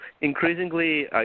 increasingly